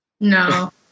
No